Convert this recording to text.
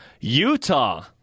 Utah